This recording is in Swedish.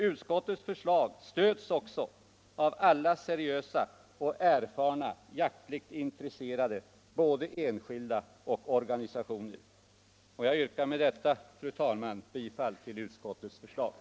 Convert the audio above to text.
Utskottets förslag stöds också av alla seriösa, erfarna och jaktligt intresserade både enskilda och organisationer. Jag yrkar med detta, fru talman, bifall till utskottets hemställan.